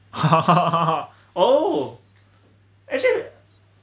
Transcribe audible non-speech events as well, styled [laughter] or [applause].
[laughs] oh actually